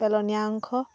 পেলনীয়া অংশ